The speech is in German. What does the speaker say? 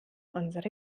unsere